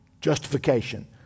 justification